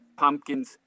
pumpkins